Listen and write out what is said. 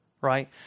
Right